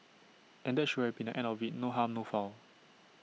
and that should have been the end of IT no harm no foul